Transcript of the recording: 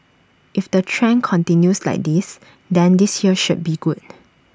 if the trend continues like this then this year should be good